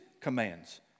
commands